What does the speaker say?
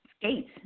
skates